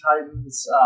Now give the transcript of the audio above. Titans